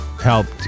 helped